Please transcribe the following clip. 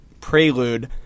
prelude